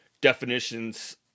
definitions